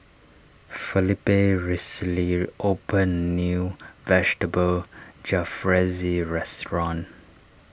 Felipe recently opened new Vegetable Jalfrezi restaurant